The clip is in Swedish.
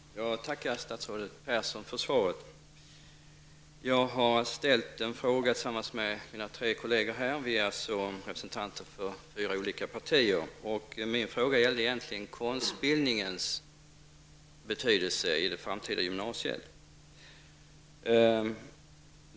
Herr talman! Jag tackar statsrådet Persson för svaret. Jag ställde en fråga tillsammans med mina tre kollegor. Vi är representanter för fyra olika partier. Min fråga gällde egentligen konstbildningens betydelse i det framtida gymnasiet.